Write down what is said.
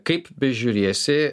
kaip bežiūrėsi